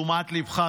רבותיי,